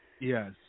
Yes